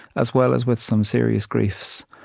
as well as with some serious griefs.